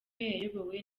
yayobowe